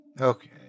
Okay